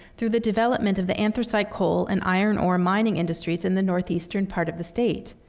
through the development of the anthracite coal and iron ore mining industries in the northeastern part of the state.